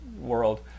world